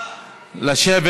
לשבת.